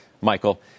Michael